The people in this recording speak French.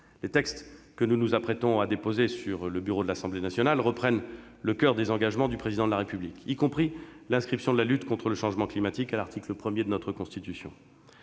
Les textes que nous nous apprêtons à déposer sur le bureau de l'Assemblée nationale reprennent le coeur des engagements du Président de la République, y compris l'inscription de la lutte contre le changement climatique à l'article 1 de notre Constitution.